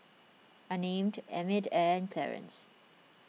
Unnamed Emmitt and Clarice